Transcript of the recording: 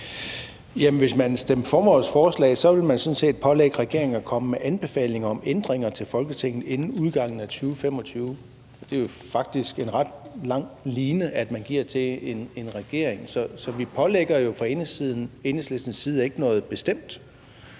Hvis man stemte for vores forslag, ville man sådan set pålægge regeringen at komme med anbefalinger om ændringer til Folketinget inden udgangen af 2025. Det er jo faktisk en ret lang line, man giver til en regering. Så vi pålægger jo fra Enhedslistens side ikke noget bestemt.